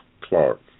Clark